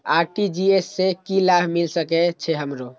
RTGS से की लाभ मिल सके छे हमरो?